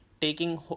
taking